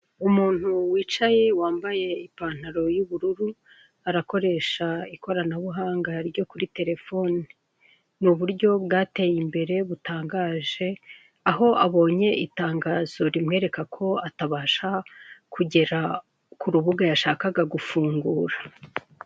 Umuntu wicaye wambaye ipantaro y'ubururu arakoresha ikoranabuhanga ryo kuri telefone. Ni uburyo bwateye imbere butangaje aho abonye itangazo rimwereka ko atabasha kugera ku rubuga yashakaga gufungura.